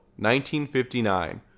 1959